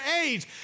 age